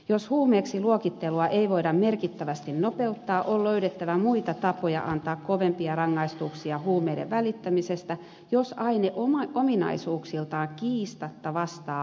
jos huumeeksi luokittelua ei voida merkittävästi nopeuttaa on löydettävä muita tapoja antaa kovempia rangaistuksia huumeiden välittämisestä jos aine ominaisuuksiltaan kiistatta vastaa huumetta